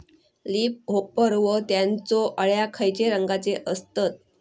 Leaf hopper व त्यानचो अळ्या खैचे रंगाचे असतत?